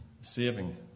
saving